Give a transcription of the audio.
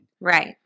right